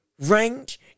range